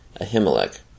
Ahimelech